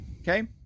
Okay